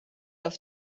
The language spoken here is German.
auf